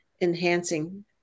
enhancing